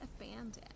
abandoned